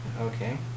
Okay